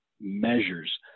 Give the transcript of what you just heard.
measures